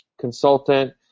consultant